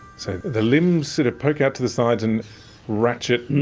so the limbs that are poking out to the side and ratchet,